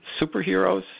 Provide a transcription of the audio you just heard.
superheroes